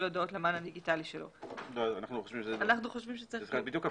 הודעות למען הדיגיטלי שלו" אנחנו חושבים שצריך להיות בדיוק הפוך.